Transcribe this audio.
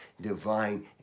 divine